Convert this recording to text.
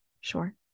sure